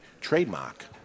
trademark